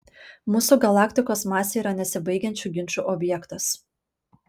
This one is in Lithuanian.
mūsų galaktikos masė yra nesibaigiančių ginčų objektas